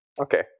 Okay